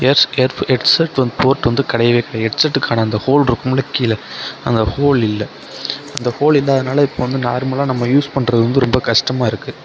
headset port வந்து கிடையவே கிடையாது ஹெட்செட்டுக்குகான அந்த ஹோல் இருக்கும்ல கீழே அந்த ஹோல் இல்லை அந்த ஹோல் இல்லாததுனால் இப்போ வந்து நார்மலாக நம்ம யூஸ் பண்ணுறது வந்து ரொம்ப கஷ்டமாக இருக்கு